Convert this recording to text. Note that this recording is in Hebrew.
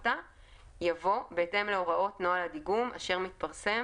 יבוא "בהתאם להוראות נוהל הדיגום אשר מתפרסם